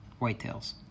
whitetails